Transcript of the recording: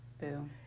Boo